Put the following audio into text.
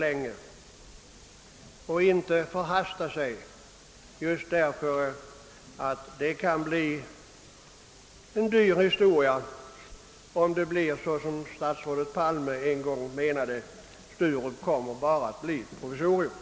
Man får inte förhasta sig, ty det kan bli en dyr historia om — som statsrådet Palme en gång menade — Sturup endast kommer att utgöra ett provisorium.